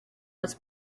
was